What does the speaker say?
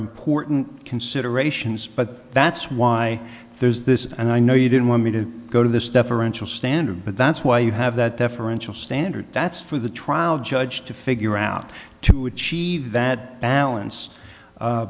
important considerations but that's why there's this and i know you didn't want me to go to this deferential standard but that's why you have that deferential standard that's for the trial judge to figure out to achieve that balance